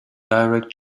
direct